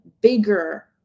bigger